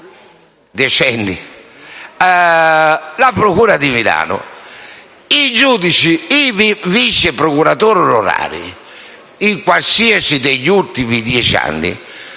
decenni - nella procura di Milano i giudici e i vice procuratori onorari, in uno qualsiasi degli ultimi dieci anni,